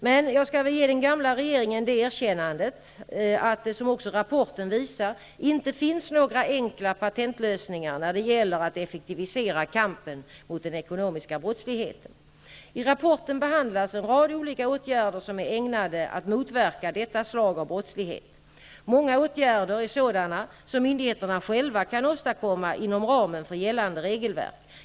Men jag skall väl ge den gamla regeringen det erkännandet att det, som också rapporten visar, inte finns några enkla patentlösningar när det gäller att effektivisera kampen mot den ekonomiska brottsligheten. I rapporten behandlas en rad olika åtgärder som är ägnade att motverka detta slag av brottslighet. Många åtgärder är sådana som myndigheterna själva kan åstadkomma inom ramen för gällande regelverk.